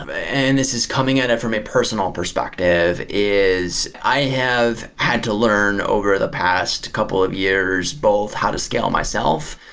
ah and this is coming at it from a personal perspective, is i have had to learn over the past couple of years both how to scale myself,